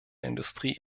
industrie